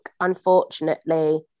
unfortunately